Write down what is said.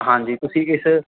ਹਾਂਜੀ ਤੁਸੀਂ ਇਸ